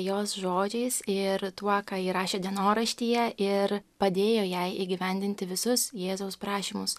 jos žodžiais ir tuo ką ji rašė dienoraštyje ir padėjo jai įgyvendinti visus jėzaus prašymus